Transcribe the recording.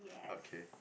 okay